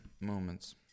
moments